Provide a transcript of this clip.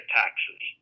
taxes